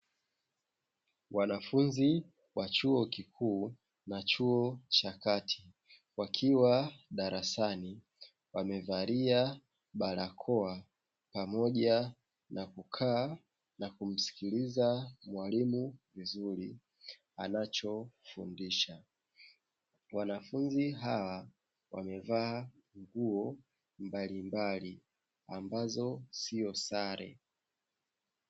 Wanafunzi wa chuo kikuu na chuo cha kati wakiwa darasani wamevalia barakoa, pamoja na kukaa na kumsikiliza mwalimu vizuri anachofundisha. Wanafunzi hawa wamevaa nguo mbalimbali ambazo sio sare.